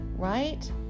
Right